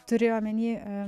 turi omeny a